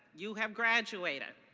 you have graduated.